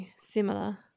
similar